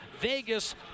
Vegas